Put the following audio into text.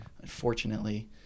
unfortunately